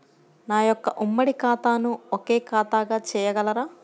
నా యొక్క ఉమ్మడి ఖాతాను ఒకే ఖాతాగా చేయగలరా?